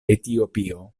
etiopio